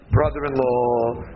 Brother-in-law